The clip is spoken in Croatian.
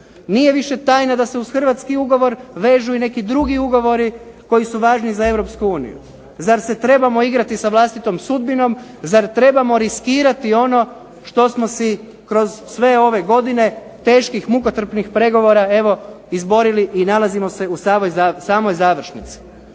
nije više tajna da se uz hrvatski ugovor vežu i neki drugi ugovori koji su važni za Europsku uniju. Zar se trebamo igrati sa vlastitom sudbinom, zar trebamo riskirati ono što smo si kroz sve ove godine teških mukotrpnih pregovora evo izborili i nalazimo se u samoj završnici.